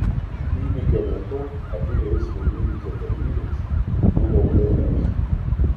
įvykio metu abi eismo įvykio dalyvės buvo blaivios